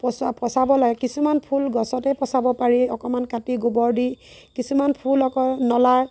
পচোৱা পচাব লাগে কিছুমান ফুল গছতে পচাব পাৰি অকমান কাটি গোবৰ দি কিছুমান ফুল আকৌ নলাত